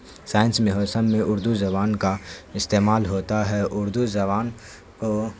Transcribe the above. science میں ہو سب میں اردو زبان کا استعمال ہوتا ہے اردو زبان کو